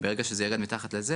ברגע שזה ירד מתחת לזה,